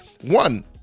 one